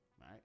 right